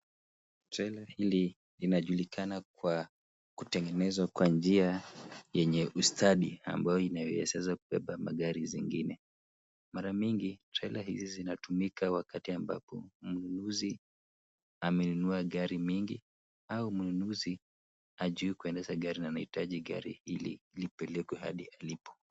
Trela hili linajulikana kwa kutengenezwa kwa njia yenye ustadi ambayo inayoiwezesha kubeba magari zingine. Mara mingi, trela hizi zinatumika wakati ambapo mnunuzi amenunua gari mingi au mnunuzi hajui kuendesha gari na anahitaji gari hili lipelekwe hadi alipo.